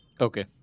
Okay